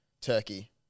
Turkey